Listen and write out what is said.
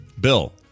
Bill